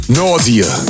nausea